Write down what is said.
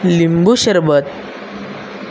लिंबू शरबत